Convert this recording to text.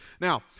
Now